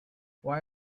why